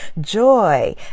joy